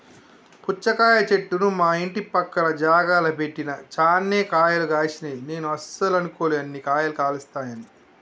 పుచ్చకాయ చెట్టును మా ఇంటి పక్క జాగల పెట్టిన చాన్నే కాయలు గాశినై నేను అస్సలు అనుకోలే అన్ని కాయలేస్తాయని